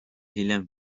hiljem